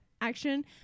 action